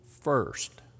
first